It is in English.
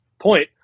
point